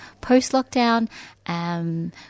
post-lockdown